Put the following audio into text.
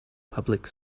public